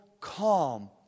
calm